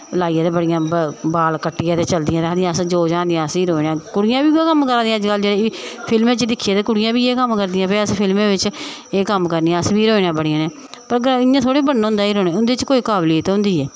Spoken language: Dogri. लाइयै बड़ियां बाल कट्टियै ते चलदियां ते आखदियां अस जो ज्हान दियां अस हीरोइनां ऐ कुड़ियां बी उऐ कम्म करा दियां अज्ज कल दियां फिल्में च दिक्खियै ते कुड़ियां बी इयै कम्म करदियां भाई अस फिल्में बिच्च एह् कम्म करदियां अस बी हीरोइनां बनी दियां भला इ'यां थेह्ड़े बनना होंदा हीरोइनां उं'दे च कोई काबलियत होंदी ऐ